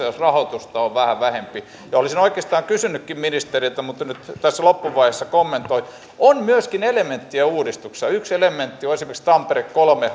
jos rahoitusta on vähän vähempi olisin oikeastaan kysynytkin ministeriltä mutta nyt tässä loppuvaiheessa kommentoin on myöskin elementtejä uudistuksista yksi elementti on esimerkiksi tampere kolme